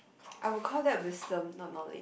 I will call that wisdom not knowledge